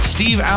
Steve